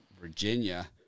Virginia